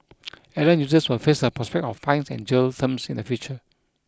errant users will face the prospect of fines and jail terms in the future